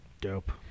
Dope